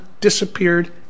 disappeared